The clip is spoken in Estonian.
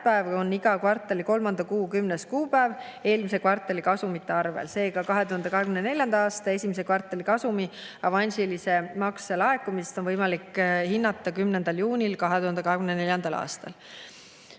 tähtpäev on iga kvartali kolmanda kuu kümnes kuupäev, [makse tehakse] eelmise kvartali kasumite arvel. Seega, 2024. aasta esimese kvartali kasumi avansilise makse laekumist on võimalik hinnata 10. juunil 2024. aastal.